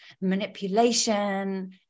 manipulation